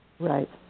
Right